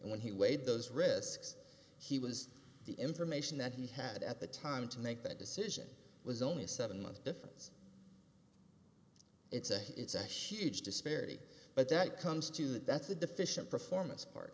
when he weighed those risks he was the information that he had at the time to make that decision was only a seven month difference it's a it's a huge disparity but that comes to that's a deficient performance part